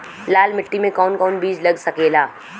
लाल मिट्टी में कौन कौन बीज लग सकेला?